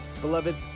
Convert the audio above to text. Beloved